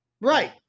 Right